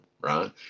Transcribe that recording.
right